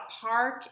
park